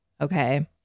Okay